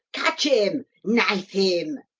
catch him! knife him!